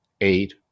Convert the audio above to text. eight